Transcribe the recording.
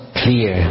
clear